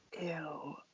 ew